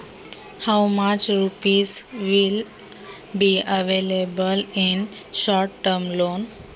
अल्पमुदतीच्या कर्जामध्ये किती रुपये मिळतील?